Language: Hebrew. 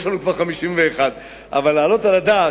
יש לנו כבר 51. אבל להעלות על הדעת